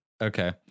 Okay